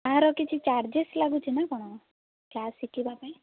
ଆର କିଛି ଚାର୍ଜେସ ଲାଗୁଛି ନାଁ କ'ଣ କ୍ଲାସ ଶିଖିବା ପାଇଁ